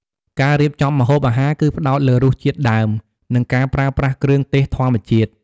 ការរៀបចំម្ហូបអាហារគឺផ្ដោតលើរសជាតិដើម និងការប្រើប្រាស់គ្រឿងទេសធម្មជាតិ។